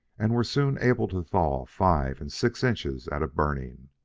and were soon able to thaw five and six inches at a burning.